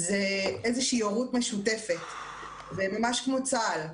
זה איזושהי הורות משותפת וממש כמו צה"ל.